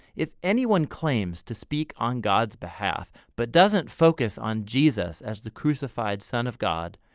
if anyone claims to speak on god's behalf but doesn't focus on jesus as the crucified son of god,